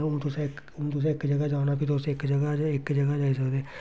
हून तुसें तुसें इक जगह् जाना फ्ही तुसें इक जगह् इक जगह् जाई सकदे